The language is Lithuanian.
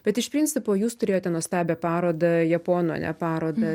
bet iš principo jūs turėjote nuostabią parodą japonų ar ne parodą